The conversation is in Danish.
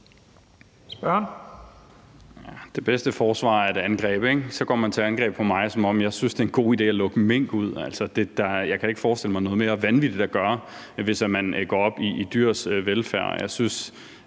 Det bedste forsvar er et angreb, ikke? Så går man til angreb på mig, som om jeg synes, det er en god idé at lukke mink ud. Altså, jeg kan da ikke forestille mig noget mere vanvittigt at gøre, hvis man går op i dyrs velfærd.